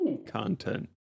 content